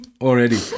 already